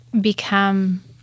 become